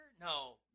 No